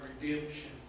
redemption